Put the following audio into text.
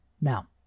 Now